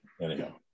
Anyhow